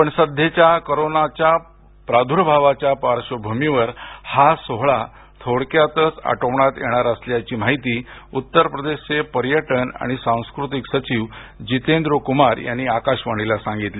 पण सध्याच्या कोरोना प्रादुर्भावाच्या पार्श्वभूमीवर हा सोहोळा थोडक्यातच आटोपण्यात येणार आहे अशी माहिती उत्तरप्रदेशचे पर्यटन आणि सांस्कृतिक सचिव जितेंद्र कुमार यांनी आकाशवाणीला सांगितली